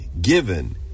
given